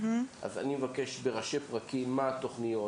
אז אני מבקש, בראשי פרקים, מה התוכניות?